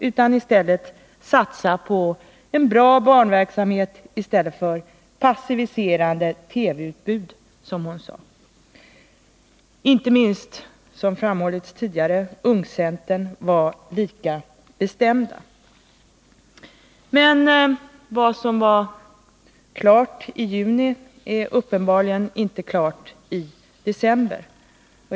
Man skall satsa på bra barnverksamhet i stället för ett passiverande TV-utbud, som hon sade. Som tidigare framhållits var ungcentern lika bestämd. Men vad som var klart i juni är uppenbarligen inte klart i december.